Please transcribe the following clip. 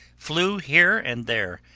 flew here and there,